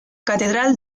catedral